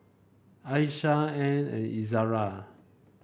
Aishah Ain and Izara